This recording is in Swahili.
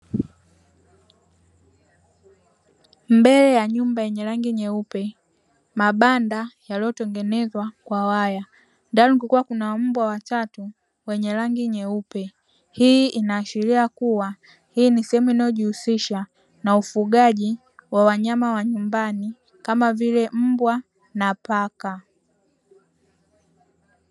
Mbele ya nyumba yenye rangi nyeupe mabanda yaliyotengenezwa kwa waya, ndani kulikuwa na mbwa watatu wenye rangi nyeupe. Hii inaashiria kuwa hii ni sehemu inayojihusisha na ufugaji wa wanyama wa nyumbani kama vile mbwa na paka.